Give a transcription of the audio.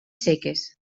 seques